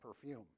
perfume